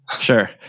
Sure